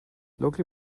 locally